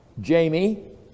Jamie